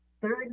third